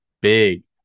big